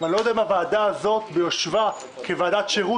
אני לא יודע אם הוועדה הזאת ביושבה כוועדת שירות